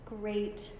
great